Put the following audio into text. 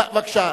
ב-8?